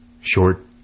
short